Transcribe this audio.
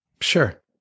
Sure